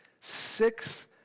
six